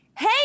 Hey